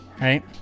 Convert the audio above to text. right